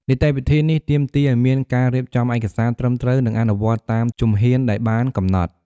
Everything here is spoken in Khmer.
នីតិវិធីនេះទាមទារឲ្យមានការរៀបចំឯកសារត្រឹមត្រូវ និងអនុវត្តតាមជំហានដែលបានកំណត់។